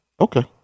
Okay